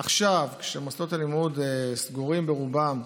עכשיו, כשמוסדות הלימוד סגורים ברובם,